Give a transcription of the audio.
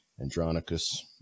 andronicus